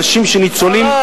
אנשים שניצולים,